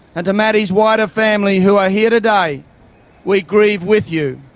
and to matty's wider family who are here today, we grieve with you.